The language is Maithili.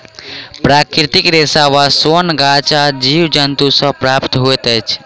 प्राकृतिक रेशा वा सोन गाछ आ जीव जन्तु सॅ प्राप्त होइत अछि